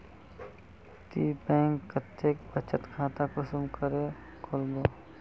ती बैंक कतेक बचत खाता कुंसम करे खोलबो?